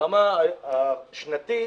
ברמה שנתית,